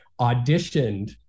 auditioned